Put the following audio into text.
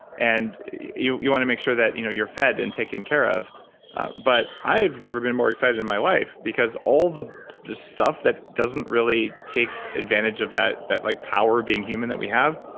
and you you want to make sure you know you're fed and taken care of but i've never been more excited in my life, because all the the stuff that doesn't really take advantage of that that like power of being human that we have,